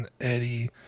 Eddie